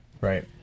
Right